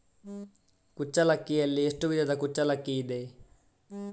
ಕುಚ್ಚಲಕ್ಕಿಯಲ್ಲಿ ಎಷ್ಟು ವಿಧದ ಕುಚ್ಚಲಕ್ಕಿ ಇದೆ?